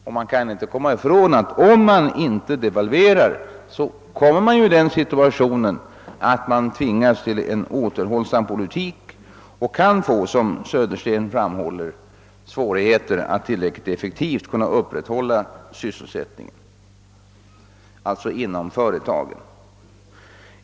Vi kan inte komma ifrån, att när vi inte devalverar kommer vi i den situationen, att vi tvingas till en ringar återhållsam politik och kan — som Södersten framhåller — få svårigheter att tillräckligt effektivt upprätthålla sysselsättningen inom företagen.